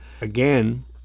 again